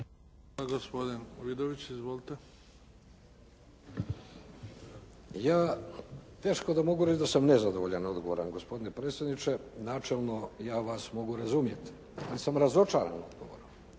izvolite. **Vidović, Davorko (SDP)** Ja teško da mogu reći da sam nezadovoljan odgovorom gospodine predsjedniče. Načelno ja vas mogu razumjeti, ali sam razočaran. Izvolite